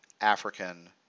African